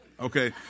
Okay